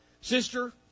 sister